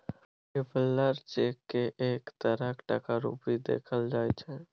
traveller cheque केँ एक तरहक टका रुपेँ देखल जाइ छै